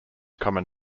common